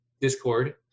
Discord